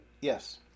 Yes